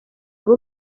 wari